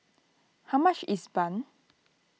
how much is Bun